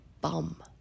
bum